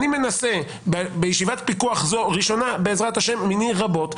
אני מנסה בישיבת פיקוח ראשונה זו ובעזרת ה' מני רבות,